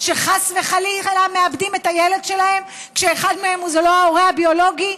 שחס וחלילה מאבדים את הילדים שלהם כשאחד מהם זה לא ההורה הביולוגי?